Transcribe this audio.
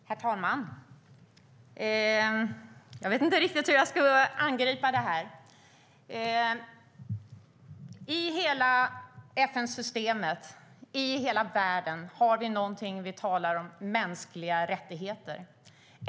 Herr talman! Jag vet inte riktigt hur jag ska angripa det här. I hela FN-systemet och i hela världen har vi någonting som vi talar om som heter mänskliga rättigheter.